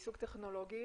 עיסוק טכנולוגי,